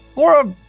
laura,